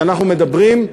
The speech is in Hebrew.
אז אנחנו מדברים,